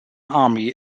army